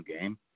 game